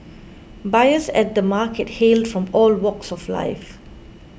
buyers at the markets hailed from all walks of life